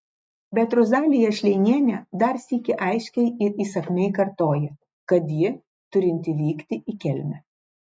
bet rozalija šleinienė dar sykį aiškiai ir įsakmiai kartoja kad ji turinti vykti į kelmę